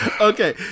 Okay